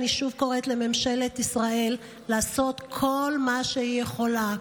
אני שוב קוראת לממשלת ישראל לעשות כל מה שהיא יכולה,